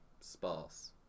sparse